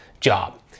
job